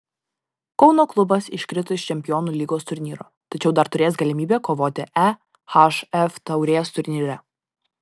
kauno klubas iškrito iš čempionų lygos turnyro tačiau dar turės galimybę kovoti ehf taurės turnyre